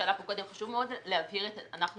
שעלה פה קודם חשוב להבהיר, אנחנו